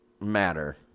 matter